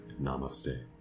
Namaste